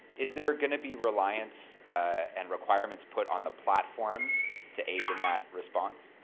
is there going to be reliance and requirements put on the platforms to aid in that response?